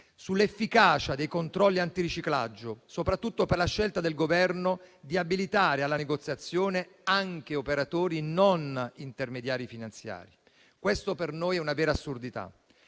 sull'efficacia dei controlli antiriciclaggio, soprattutto per la scelta del Governo di abilitare alla negoziazione anche operatori non intermediari finanziari. Questa per noi è una vera assurdità.